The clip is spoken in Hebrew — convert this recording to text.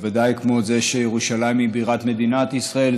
בוודאי כמו זה שירושלים היא בירת מדינת ישראל,